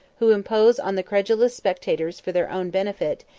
who impose on the credulous spectators for their own benefit,